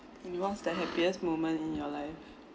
what's the happiest moment in your life